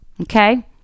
okay